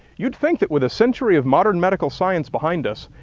you'd think that with a century of modern medical science behind us,